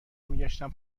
میگشتم